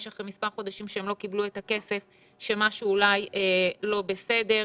אחרי מספר חודשים שהם לא קיבלו את הכסף שמשהו אולי לא בסדר.